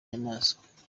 nyamanswa